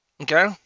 Okay